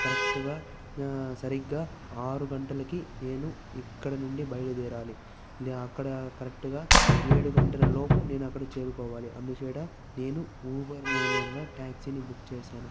కరెక్ట్గా సరిగ్గా ఆరు గంటలకి నేను ఇక్కడ నుండి బయలుదేరాలి ల అక్కడ కరెక్ట్గా ఏడు గంటల లోపు నేను అక్కడ చేరుకోవాలి అందుచేత నేను ఊబర్ మూల్యంగా టాక్సీని బుక్ చేశాను